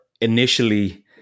initially